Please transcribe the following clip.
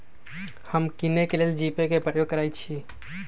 हम किने के लेल जीपे कें प्रयोग करइ छी